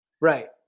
Right